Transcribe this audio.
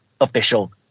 official